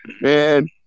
man